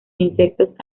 insectos